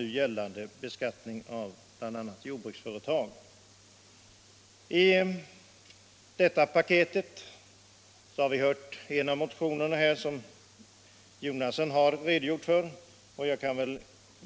Jag